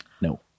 No